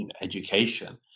education